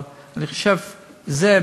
אבל אני חושב שזה,